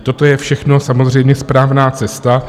Toto je všechno samozřejmě správná cesta.